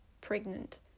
pregnant